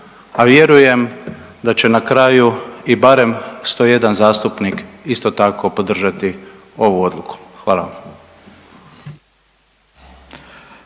A vjerujem da će na kraju i barem 101 zastupnik isto tako podržati ovu odluku. Hvala vam.